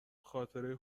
خاطره